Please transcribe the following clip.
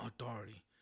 authority